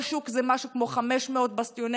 כל שוק זה משהו כמו 500 באסטיונרים,